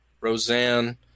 Roseanne